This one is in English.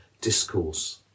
discourse